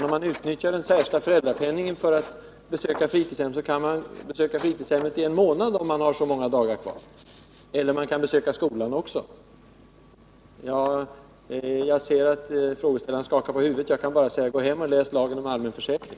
Om man utnyttjar den särskilda föräldrapenningen för att besöka fritidshem, kan man göra det varje dag under t.ex. en hel månad, om man har så många dagar kvar. Man kan naturligtvis också besöka skolan. Jag ser att frågeställaren skakar på huvudet. Jag kan inte göra annat än att råda henne att läsa lagen om allmän försäkring.